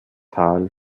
tal